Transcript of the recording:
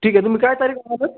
ठीक आहे तुम्ही काय तारीख म्हणाला सर